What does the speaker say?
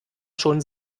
schon